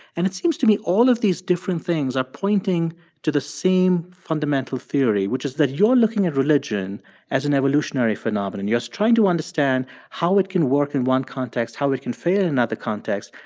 and it seems to me all of these different things are pointing to the same fundamental theory, which is that you're looking at religion as an evolutionary phenomenon, just trying to understand how it can work in one context, how it can fail in another context,